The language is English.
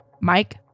Mike